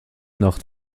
nacht